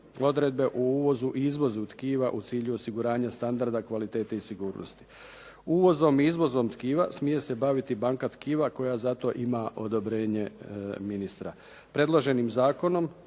odredbe o uvozu i izvozu tkiva u cilju osiguranja standarda, kvalitete i sigurnosti. Uvozom i izvozom tkiva smije se baviti banka tkiva koja za to ima odobrenje ministra. Predloženim zakonom